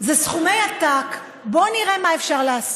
אלה סכומי עתק, בואו נראה מה אפשר לעשות.